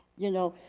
you know,